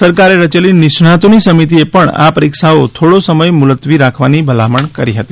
સરકારે રચેલી નિષ્ણાંતોની સમિતિએ પણ આ પરીક્ષાઓ થોડો સમય મુલતવી રાખવાની ભલામણ કરી હતી